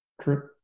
trip